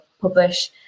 publish